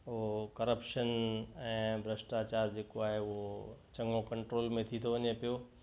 हो करप्शन ऐं भ्रष्टाचार जेको आहे उहो चंङो कंट्रोल में थी थो वञे पियो